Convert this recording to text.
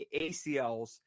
acls